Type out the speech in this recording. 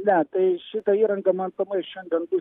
ne tai šita įranga matomai šiandien bus